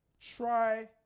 try